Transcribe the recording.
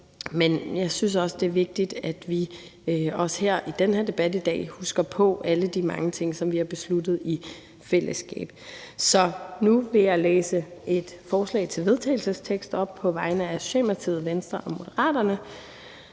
men jeg synes også, det er vigtigt, at vi i den her debat i dag husker på alle de mange ting, som vi har besluttet i fællesskab. Nu vil jeg læse et forslag til vedtagelse op på vegne af Socialdemokratiet, Venstre og Moderaterne: